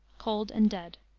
cold and dead.